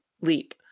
leap